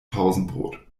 pausenbrot